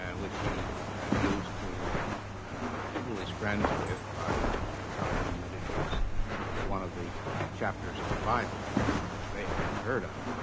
ah which he used to fool his friends with by telling them that it was one of the chapters of the bible, which of course they had never heard of.